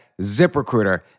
ZipRecruiter